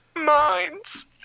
minds